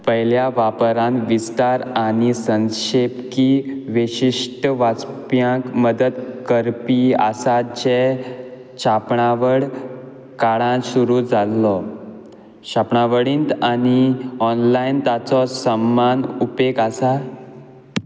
पयल्या वापरान विस्तार आनी संक्षेपकी विशिश्ट वाचप्यांक मदत करपी आसात जे छापणावळ काळांत सुरू जाल्लो छापणावळींत आनी ऑनलायन ताचो समान उपेग आसा